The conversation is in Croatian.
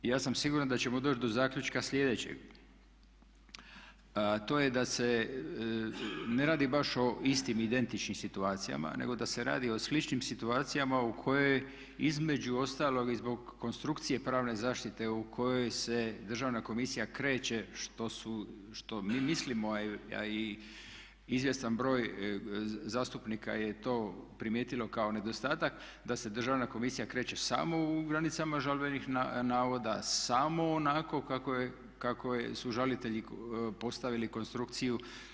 Ja sam siguran da ćemo doći do zaključka slijedećeg, a to je da se ne radi baš o istim identičnim situacijama, nego da se radi o sličnim situacijama u kojoj između ostalog i zbog konstrukcije pravne zaštite u kojoj se Državna komisija kreće što mi mislimo, a i izvjestan broj zastupnika je to primijetilo kao nedostatak, da se Državna komisija kreće samo u granicama žalbenih navoda samo onako kako su žalitelji postavili konstrukciju.